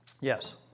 Yes